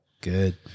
Good